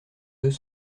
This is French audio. deux